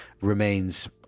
remains